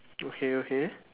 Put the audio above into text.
okay okay